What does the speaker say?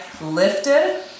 lifted